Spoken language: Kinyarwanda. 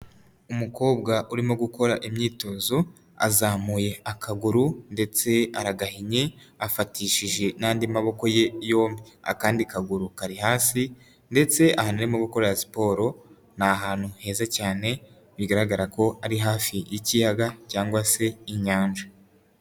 Umukobwa urimo gukora imyitozo azamuye akaguru ndetse aragahinnye afatishije n'andi maboko ye yombi, akandi kaguru kari hasi ndetse ahantu arimo gukorera siporo ni ahantu heza cyane bigaragara ko ari hafi y'ikiyaga cyangwa se inyanja.